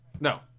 No